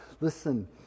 Listen